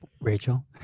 Rachel